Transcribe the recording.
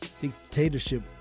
dictatorship